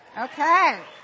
Okay